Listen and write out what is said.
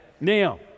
Now